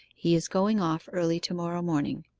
he is going off early to-morrow morning.